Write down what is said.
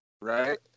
Right